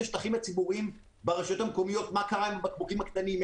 השטחים הציבוריים ברשויות המקומיות מה קרה עם הבקבוקים הקטנים?